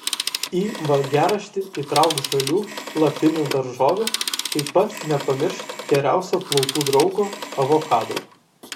į valgiaraštį įtrauk žalių lapinių daržovių taip pat nepamiršk geriausio plaukų draugo avokado